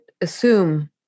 assume